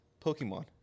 Pokemon